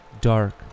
dark